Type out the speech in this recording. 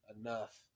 enough